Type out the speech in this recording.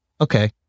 okay